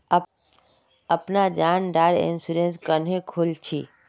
अपना जान डार इंश्योरेंस क्नेहे खोल छी?